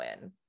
win